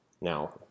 now